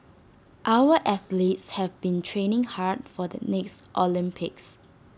our athletes have been training hard for the next Olympics